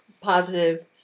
Positive